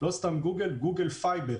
ולא סתם גוגל גוגל פייבר.